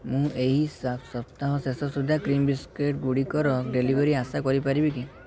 ମୁଁ ଏହି ସପ୍ତାହ ଶେଷ ସୁଦ୍ଧା କ୍ରିମ୍ ବିସ୍କୁଟ୍ଗୁଡ଼ିକର ଡେଲିଭରି ଆଶା କରିପାରିବି କି